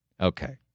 Okay